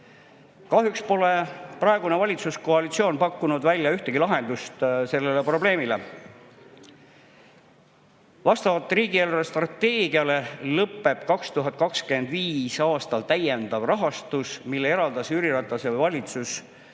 Kahjuks pole praegune valitsuskoalitsioon pakkunud välja ühtegi lahendust sellele probleemile. Vastavalt riigi eelarvestrateegiale lõpeb 2025. aastal täiendav rahastus, mille eraldas Jüri Ratase juhitud